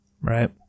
Right